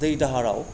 दै दाहाराव